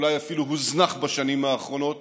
אולי אפילו הוזנח בשנים האחרונות